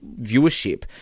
viewership